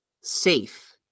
safe